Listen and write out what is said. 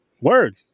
Word